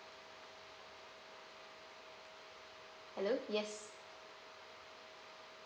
hello yes